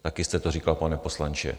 Také jste to říkal, pane poslanče.